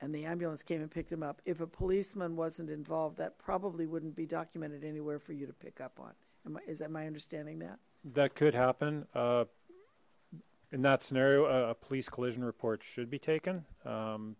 and the ambulance came and picked him up if a policeman wasn't involved that probably wouldn't be documented anywhere for you to pick up on is that my understanding that that could happen in that scenario a police collision report should be taken